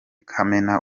kamena